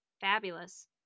fabulous